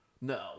No